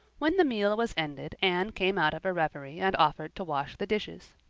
when the meal was ended anne came out of her reverie and offered to wash the dishes.